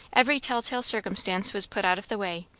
every tell-tale circumstance was put out of the way,